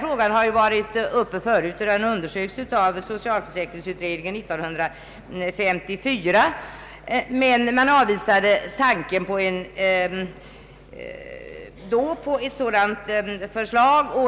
Frågan har varit uppe förut och undersökts av socialförsäkringsutredningen år 1954, men man avvisade då tanken.